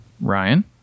Ryan